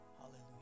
Hallelujah